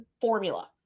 formula